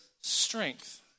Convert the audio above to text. strength